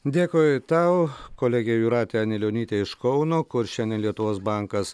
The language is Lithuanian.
dėkui tau kolegė jūratė anilionytė iš kauno kur šiandien lietuvos bankas